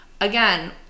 again